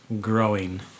growing